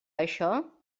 això